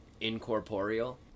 incorporeal